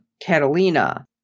Catalina